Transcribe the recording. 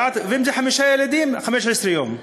ואם חמישה ילדים, 15 יום.